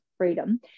freedom